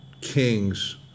kings